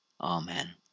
Amen